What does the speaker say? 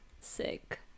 Sick